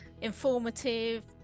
informative